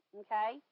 okay